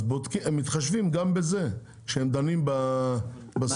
אז הם מתחשבים גם בזה, כשהם דנים בסוגיה.